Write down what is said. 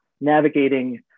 navigating